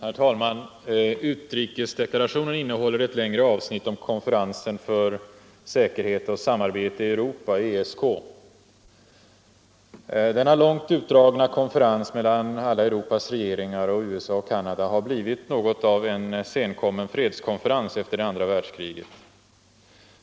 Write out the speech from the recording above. Herr talman! Utrikesdeklarationen innehåller ett längre avsnitt om konferensen för säkerhet och samarbete i Europa, ESK. Denna långt utdragna konferens mellan alla Europas regeringar och USA och Canada har blivit något av en senkommen fredskonferens efter det andra världskriget.